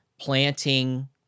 planting